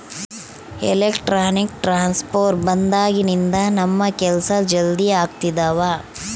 electronic transfer ಬಂದಾಗಿನಿಂದ ನಮ್ ಕೆಲ್ಸ ಜಲ್ದಿ ಆಗ್ತಿದವ